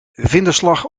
vlinderslag